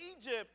Egypt